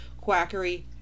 quackery